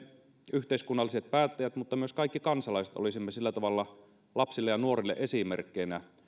yhteiskunnalliset päättäjät mutta myös kaikki kansalaiset olisimme sillä tavalla lapsille ja nuorille esimerkkeinä